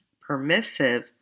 permissive